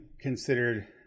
considered